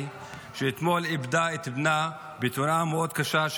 סעדי, שאתמול איבדה את בנה בצורה מאוד קשה.